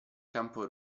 campo